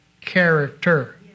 character